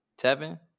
Tevin